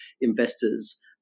investors